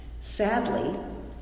Sadly